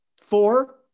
four